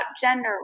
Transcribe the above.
gender